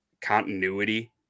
continuity